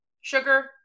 Sugar